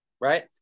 Right